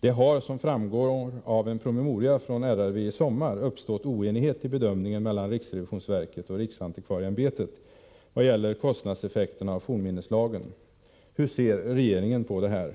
Det har, som framgår av en promemoria från RRV som utgavs i somras, uppstått oenighet mellan riksrevisionsverket och riksantikvarieämbetet i bedömningen av kostnadseffekterna av fornminneslagen. Hur ser regeringen på detta?